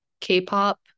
K-pop